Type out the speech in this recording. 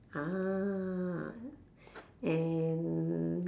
ah and